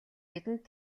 бидэнд